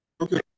Okay